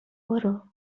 برو